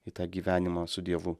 į tą gyvenimą su dievu